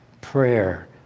prayer